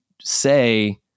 say